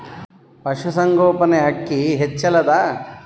ಪಶುಸಂಗೋಪನೆ ಅಕ್ಕಿ ಹೆಚ್ಚೆಲದಾ?